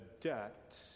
debt